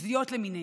האשפוזיות למיניהן.